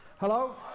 Hello